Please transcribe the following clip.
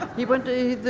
he went to,